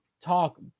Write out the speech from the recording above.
talk